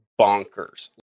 bonkers